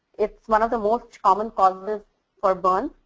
it's one of the most common causes for burn.